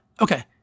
Okay